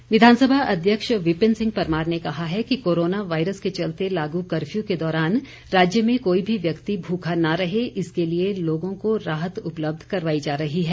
परमार विधानसभा अध्यक्ष विपिन सिंह परमार ने कहा है कि कोरोना वायरस के चलते लागू कर्फ्यू के दौरान राज्य में कोई भी व्यक्ति भूखा न रहे इसके लिए लोगों को राहत उपलब्ध करवाई जा रही है